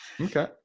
Okay